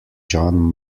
john